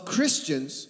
Christians